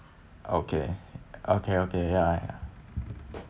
okay okay okay ya